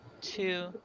two